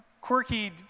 quirky